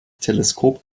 teleskop